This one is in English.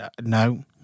no